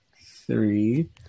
three